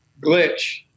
glitch